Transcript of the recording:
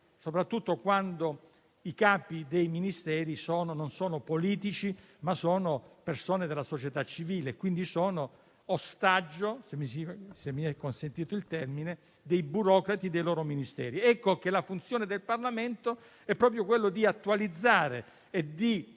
soprattutto quando i capi dei Ministeri sono non politici, ma persone della società civile e quindi ostaggio - se mi è consentito il termine - dei burocrati dei loro Ministeri. Ecco allora che la funzione del Parlamento è proprio attualizzare e